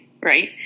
right